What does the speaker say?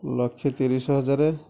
ଲକ୍ଷେ ତିରିଶି ହଜାର